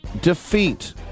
defeat